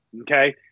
okay